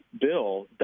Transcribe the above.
bill